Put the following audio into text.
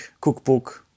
cookbook